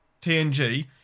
TNG